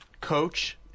coach